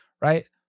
right